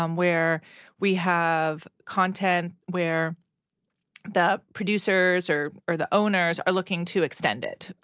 um where we have content where the producers or or the owners are looking to extend it,